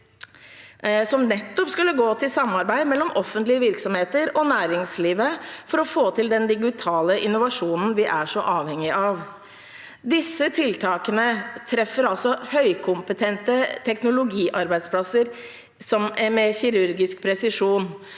som nettopp skulle gå til samarbeid mellom offentlige virksomheter og næringslivet for å få til den digitale innovasjonen vi er så avhengig av. Disse tiltakene treffer altså høykompetente teknologiarbeidsplasser med kirurgisk presisjon,